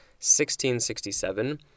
1667